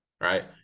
Right